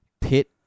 pit